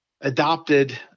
adopted